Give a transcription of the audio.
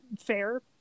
fair